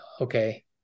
okay